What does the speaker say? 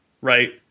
right